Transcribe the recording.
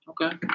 Okay